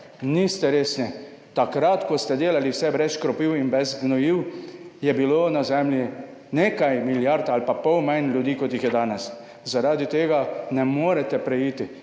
Niste resni. Takrat, ko ste delali vse brez škropiv in brez gnojil, je bilo na zemlji nekaj milijard ali pa pol manj ljudi, kot jih je danes. Zaradi tega ne morete preiti